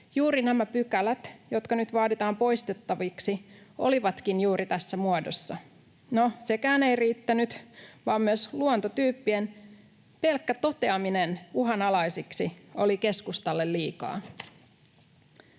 juuri nämä pykälät, jotka nyt vaaditaan poistettaviksi, olivatkin juuri tässä muodossa. No, sekään ei riittänyt, vaan myös luontotyyppien pelkkä toteaminen uhanalaisiksi oli keskustalle liikaa.